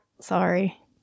sorry